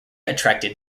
attracted